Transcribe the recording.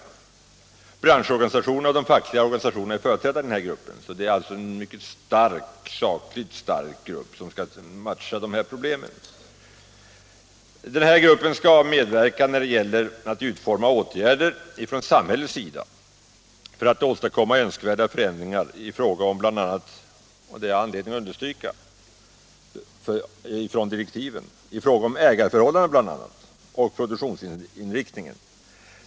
Branschorganisationerna och de fackliga organisationerna är företrädda i gruppen, som alltså sakligt är mycket starkt uppbyggd. I denna grupps direktiv ingår att medverka till att utforma samhälleliga åtgärder för att åstadkomma önskvärda förändringar bl.a. i fråga om — och det är anledning att understryka detta — ägarförhållandena och produktionsinriktningen.